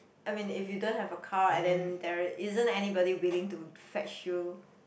I mean if you don't have a car and then there isn't anybody willing to fetch you